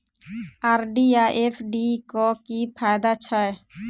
RD आ FD क की फायदा छै?